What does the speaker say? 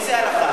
איזה הלכה?